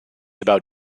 about